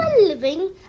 living